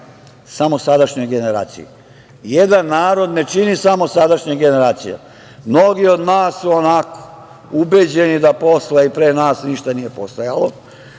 samo sadašnjoj generaciji. Jedan narod ne čini samo sadašnja generacija. Mnogi od nas su ubeđeni da posle i pre nas ništa nije postojalo.